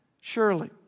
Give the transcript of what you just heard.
surely